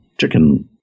chicken